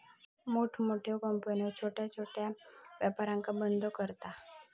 मोठमोठे कंपन्यो छोट्या छोट्या व्यापारांका बंद करता